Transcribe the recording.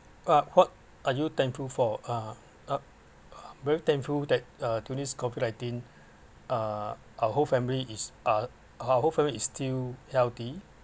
uh what are you thankful for uh uh very thankful that uh during COVID nineteen uh our whole family is uh our whole family is still healthy